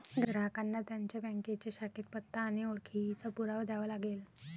ग्राहकांना त्यांच्या बँकेच्या शाखेत पत्ता आणि ओळखीचा पुरावा द्यावा लागेल